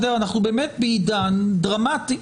אנחנו באמת בעידן דרמטי.